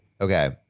okay